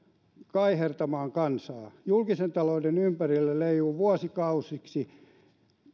kaihertamaan kansaa julkisen talouden ympärillä jää leijumaan vuosikausiksi